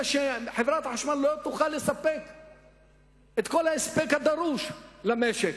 שחברת החשמל לא תוכל לספק את כל החשמל הדרוש למשק,